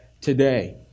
today